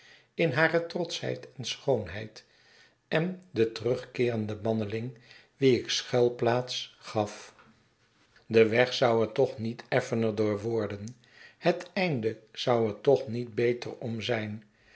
in hare trotschheid en schoonheid en den teruggekeerden banneling wien ik schuilplaats gaf de weg zou er toch niet effener door worden het einde zou er toch niet beter om zijn